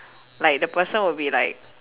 like the person will be like